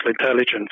intelligence